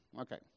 Okay